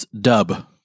dub